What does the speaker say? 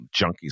junkies